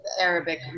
Arabic